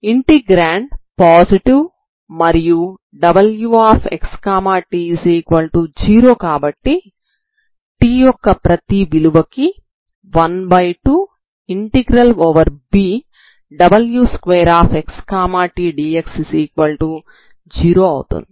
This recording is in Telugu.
ఇంటి గ్రాండ్ పాజిటివ్ మరియు wxt0 కాబట్టి t యొక్క ప్రతి విలువ కి 12w2xt⏟dxB0 అవుతుంది